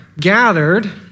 gathered